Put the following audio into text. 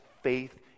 faith